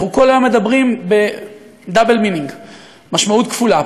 אנחנו כל היום מדברים במשמעות כפולה,